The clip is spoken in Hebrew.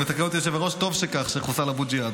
מתקן אותי היושב-ראש: טוב שכך, שחוסל אבו ג'יהאד.